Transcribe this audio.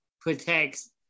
protects